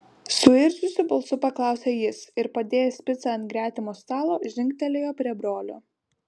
suirzusiu balsu paklausė jis ir padėjęs picą ant gretimo stalo žingtelėjo prie brolio